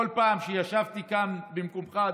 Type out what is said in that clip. כל פעם שישבתי כאן במקומך,